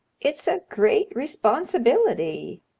it's a great responsibility,